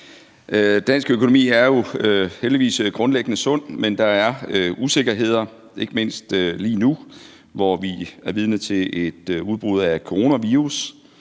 Dansk økonomi er jo heldigvis grundlæggende sund, men der er usikkerheder, ikke mindst lige nu, hvor vi er vidne til et udbrud af coronavirus.